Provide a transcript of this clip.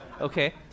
Okay